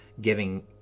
giving